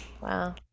Wow